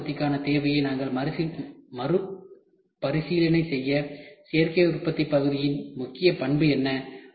விரைவு உற்பத்திக்கான தேவையை நாங்கள் மறுபரிசீலனை செய்ய சேர்க்கை உற்பத்திப் பகுதியின் முக்கிய பண்பு என்ன